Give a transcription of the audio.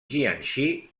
jiangxi